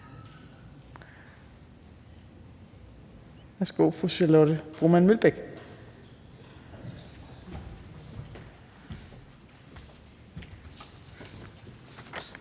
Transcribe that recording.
Værsgo, fru Charlotte Broman Mølbæk.